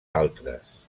altres